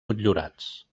motllurats